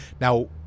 Now